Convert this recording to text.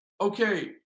Okay